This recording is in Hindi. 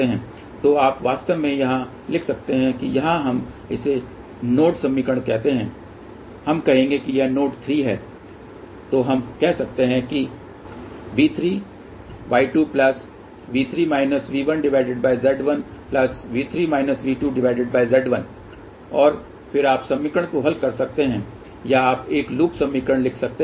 तो आप वास्तव में यहाँ लिख सकते हैं कि यहाँ हम इसे नोड समीकरण कहते हैं हम कहेगें यह नोड 3 हैं तो हम कह सकते हैं कि और फिर आप समीकरण को हल कर सकते हैं या आप एक लूप समीकरण लिख सकते हैं